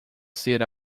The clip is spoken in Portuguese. ser